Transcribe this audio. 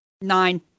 Nine